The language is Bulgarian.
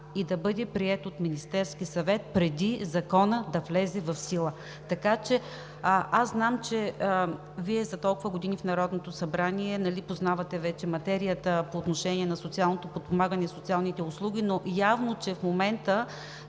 и да бъде приет от Министерския съвет преди Законът да влезе в сила. Знам, че Вие за толкова години в Народното събрание познавате вече материята по отношение на социалното подпомагане и социалните услуги, но явно, че в момента